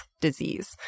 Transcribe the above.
disease